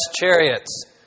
chariots